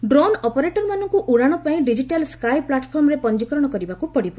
drone ଅପରେଟରମାନଙ୍କୁ ଉଡ଼ାଣ ପାଇଁ ଡିକିଟାଲ୍ ସ୍କାଇ ପ୍ଲାଟଫର୍ମରେ ପଞ୍ଜିକରଣ କରିବାକୁ ପଡ଼ିବ